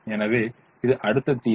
எனவே இது அடுத்த தீர்வு